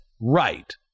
right